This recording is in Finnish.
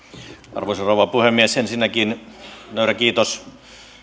arvoisa rouva puhemies ensinnäkin nöyrä kiitos